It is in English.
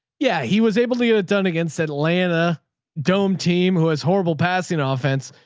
yeah. he was able to get it done against atlanta dome team who has horrible passing ah offense.